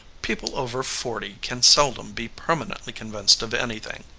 people over forty can seldom be permanently convinced of anything.